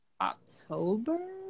october